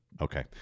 Okay